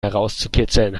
herauszukitzeln